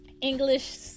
English